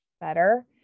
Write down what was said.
better